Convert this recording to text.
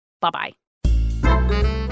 Bye-bye